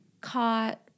caught